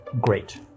great